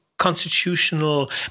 constitutional